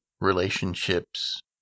relationships